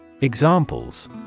Examples